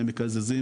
אם מקזזים,